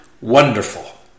wonderful